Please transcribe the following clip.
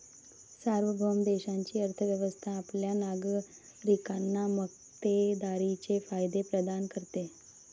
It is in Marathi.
सार्वभौम देशाची अर्थ व्यवस्था आपल्या नागरिकांना मक्तेदारीचे फायदे प्रदान करते